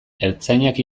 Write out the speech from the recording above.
ertzainak